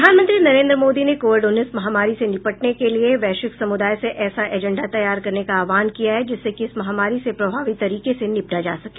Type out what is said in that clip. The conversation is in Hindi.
प्रधानमंत्री नरेन्द्र मोदी ने कोविड उन्नीस महामारी से निपटने के लिये वैश्विक समुदाय से ऐसा एजेंडा तैयार करने का आहवान किया है जिससे की इस महामारी से प्रभावी तरीके से निपटा जा सके